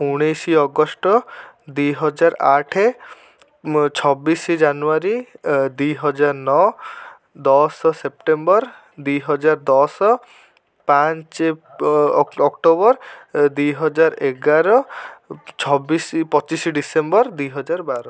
ଉଣେଇଶି ଅଗଷ୍ଟ ଦୁଇହଜାର ଆଠେ ଛବିଶି ଜାନୁୟାରି ଦୁଇହଜାର ନଅ ଦଶ ସେପ୍ଟେମ୍ବର ଦୁଇହଜାର ଦଶ ପାଞ୍ଚେ ଅକ୍ଟୋବର ଦୁଇହଜାର ଏଗାର ଛବିଶି ପଚିଶି ଡିସେମ୍ବର ଦୁଇହଜାର ବାର